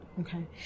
Okay